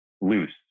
loose